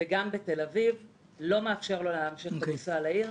וגם בתל אביב לא מאפשר לו להמשיך לנסוע לעיר,